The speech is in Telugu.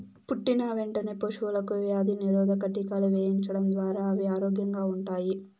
పుట్టిన వెంటనే పశువులకు వ్యాధి నిరోధక టీకాలు వేయించడం ద్వారా అవి ఆరోగ్యంగా ఉంటాయి